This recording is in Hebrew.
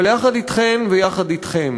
אבל יחד אתכן ויחד אתכם